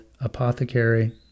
Apothecary